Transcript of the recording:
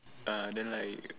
ah then like